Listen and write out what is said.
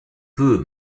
peu